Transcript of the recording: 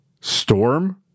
Storm